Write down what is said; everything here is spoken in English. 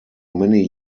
many